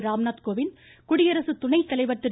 ராம்நாத் கோவிந்த் குடியரசு துணை தலைவர் திரு